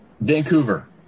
Vancouver